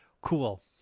Cool